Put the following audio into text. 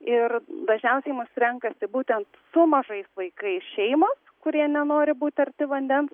ir dažniausiai mus renkasi būtent su mažais vaikais šeimos kurie nenori būti arti vandens